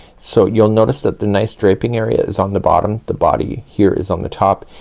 so you'll notice that the nice draping area is on the bottom, the body here is on the top.